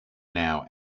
now